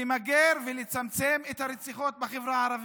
למיגור ולצמצום הרציחות בחברה הערבית.